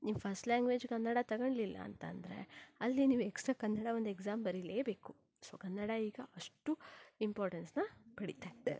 ನೀವು first language Kannada ತಗೊಂಡಿಲ್ಲ ಅಂತಂದರೆ ಅಲ್ಲಿ ನೀವು ಎಕ್ಸ್ಟ್ರಾ ಕನ್ನಡ ಒಂದು ಎಕ್ಸಾಮ್ ಬರಿಲೇಬೇಕು ಸೊ ಕನ್ನಡ ಈಗ ಅಷ್ಟು ಇಂಪಾರ್ಟೆನ್ಸನ್ನು ಪಡೀತಾ ಇದೆ